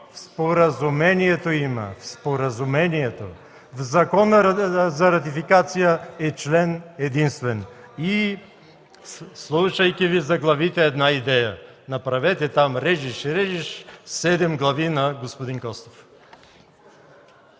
В споразумението има – в споразумението. В Закона за ратификация е член единствен. Слушайки Ви за главите, една идея – направете там: режеш, режеш – седем глави на господин Костов.